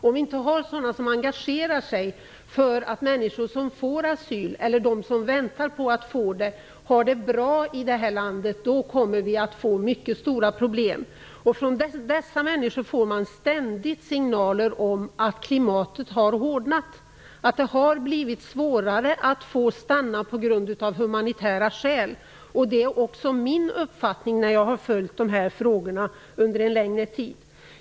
Om det inte finns sådana som engagerar sig för att de som får asyl, eller väntar på att få det, har det bra i det här landet kommer vi att få mycket stora problem. Från dessa människor kommer ständigt signaler om att klimatet har hårdnat och att det har blivit svårare att få stanna på grund av humanitära skäl. Det är också min uppfattning efter att ha följt dessa frågor under en längre tid.